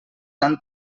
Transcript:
han